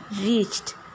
reached